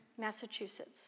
Massachusetts